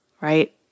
right